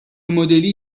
مدلی